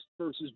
versus